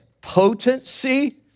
potency